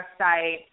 website